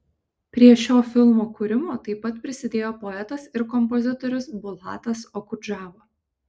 prie šio filmo kūrimo taip pat prisidėjo poetas ir kompozitorius bulatas okudžava